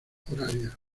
horaria